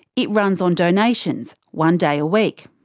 it runs on donations, one day a week.